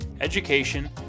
Education